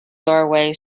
doorway